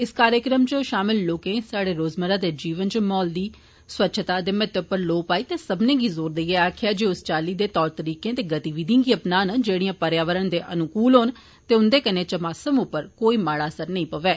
इस कार्यक्रमै च शामल लोकें स्हाड़े रोज़मर्रा दे जीवनै च माहोल दी स्वच्छता दे महत्वै पर लौ पाई ते सब्बने गी जोर देइयै आक्खेया जे ओ इस चाल्ली दे तौर तरीकें ते गतिविधियें गी अपनान जेड़ियां पर्यावरण दे अनुकूल होन ते उन्दे कन्नै चपासम पर कोई माड़ा असर नेई पवै